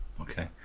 Okay